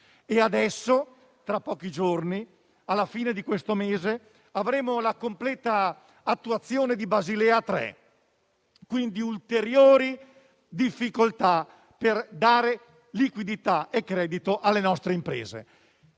credito. Tra pochi giorni, alla fine di questo mese, avremo la completa attuazione di Basilea 3, con ulteriori difficoltà per dare liquidità e credito alle nostre imprese.